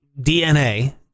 DNA